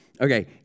Okay